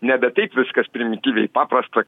nebe taip viskas primityviai paprasta